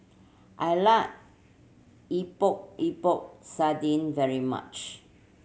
I like Epok Epok Sardin very much